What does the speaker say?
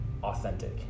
authentic